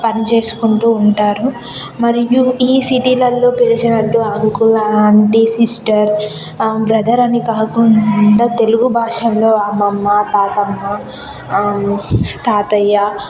పని చేసుకుంటూ ఉంటారు మరియు ఈ సిటీలల్లో పిలిచినట్టు అంకుల్ ఆంటీ సిస్టర్ బ్రదర్ అని కాకుండా తెలుగు భాషలో అమ్మమ్మ తాతమ్మ తాతయ్య